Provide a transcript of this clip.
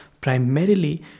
primarily